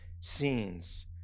scenes